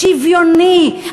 שוויוני.